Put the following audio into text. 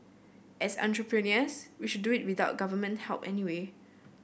as entrepreneurs we should do it without Government help anyway